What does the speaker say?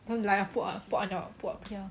don't lie put on your put on your put here